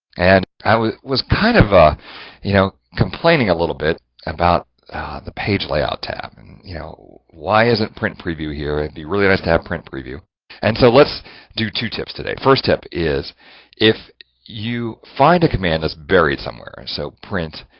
and i was was kind of a you know complaining a little bit about the page layout and you know why isn't print preview here and be really nice to have print preview and so, let's do two tips today. first tip is if you find a command that's buried somewhere, so print,